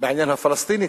בעניין הפלסטיני,